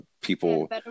people